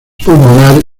pulmonar